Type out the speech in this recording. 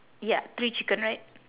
ya three chicken right